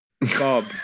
bob